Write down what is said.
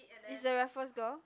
is the Raffles girl